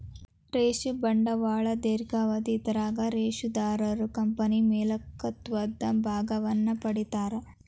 ಷೇರ ಬಂಡವಾಳ ದೇರ್ಘಾವಧಿ ಇದರಾಗ ಷೇರುದಾರರು ಕಂಪನಿ ಮಾಲೇಕತ್ವದ ಭಾಗವನ್ನ ಪಡಿತಾರಾ